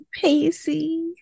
Pacey